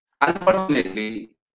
Unfortunately